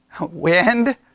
Wind